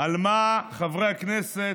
על מה חברי הכנסת,